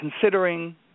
considering